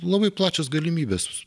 labai plačios galimybės